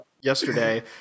yesterday